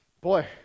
Boy